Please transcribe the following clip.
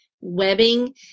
webbing